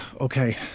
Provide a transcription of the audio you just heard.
okay